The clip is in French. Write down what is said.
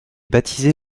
baptisé